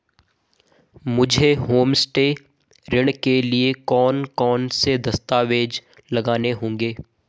मुझे होमस्टे ऋण के लिए कौन कौनसे दस्तावेज़ लगाने होंगे?